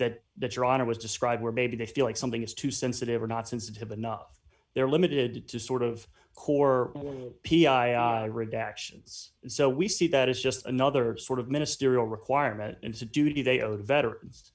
that that your honor was describe where maybe they feel like something is too sensitive or not sensitive enough they're limited to sort of core redactions so we see that as just another sort of ministerial requirement into duty they owe to veterans